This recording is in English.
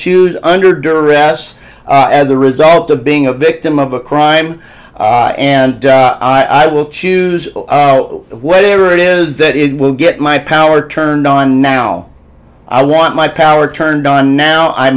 choose under duress as a result of being a victim of a crime and i will choose whatever it is that it will get my power turned on now i want my power turned on now i